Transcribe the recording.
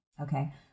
Okay